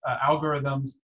algorithms